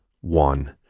One